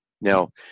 Now